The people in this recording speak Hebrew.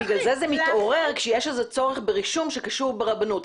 אבל בגלל זה זה מתעורר כשיש איזה צורך ברישום שקשור ברבנות.